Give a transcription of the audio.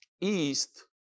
east